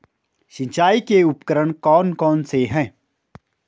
सिंचाई के उपकरण कौन कौन से हैं?